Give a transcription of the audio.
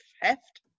heft